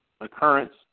occurrence